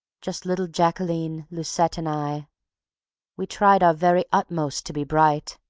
just little jacqueline, lucette and i we tried our very utmost to be bright.